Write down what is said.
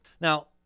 Now